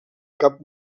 cap